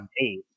eight